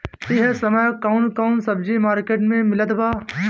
इह समय कउन कउन सब्जी मर्केट में मिलत बा?